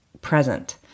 present